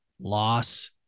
loss